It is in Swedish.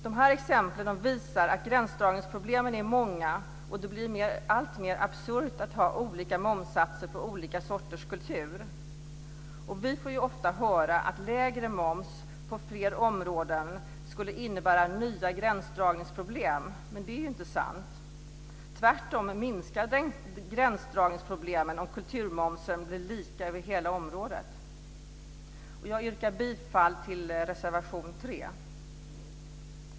Dessa exempel visar att gränsdragningsproblemen är många, och det blir alltmer absurt att ha olika momssatser på olika sorters kultur. Vi får ofta höra att lägre moms på fler områden skulle innebära nya gränsdragningsproblem. Det är inte sant. Tvärtom minskar gränsdragningsproblemen om kulturmomsen blir lika över hela området. Jag yrkar bifall till reservation 3.